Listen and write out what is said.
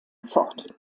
fort